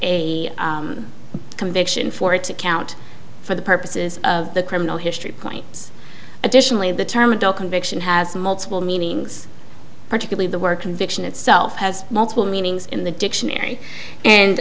a conviction for it to count for the purposes of the criminal history points additionally the term adult conviction has multiple meanings particularly the word conviction itself has multiple meanings in the dictionary